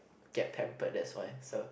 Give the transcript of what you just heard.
get pampered that's why so